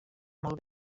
molt